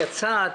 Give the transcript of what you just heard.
יצאת קודם.